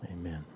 Amen